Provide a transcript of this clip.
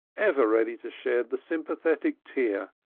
ever ready to shed the sympathetic tear,